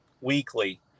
weekly